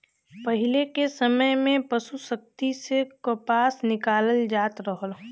पहिले के समय में पसु शक्ति से कपास निकालल जात रहल